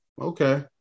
Okay